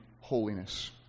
holiness